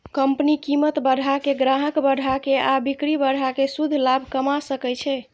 company कीमत बढ़ा के, ग्राहक बढ़ा के आ बिक्री बढ़ा कें शुद्ध लाभ कमा सकै छै